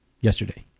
Yesterday